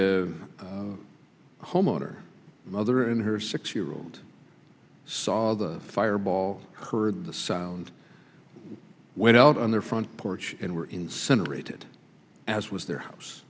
the homeowner mother and her six year old saw the fireball heard the sound went out on their front porch and were incinerated as was their house